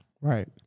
Right